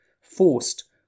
Forced